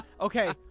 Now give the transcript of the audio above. Okay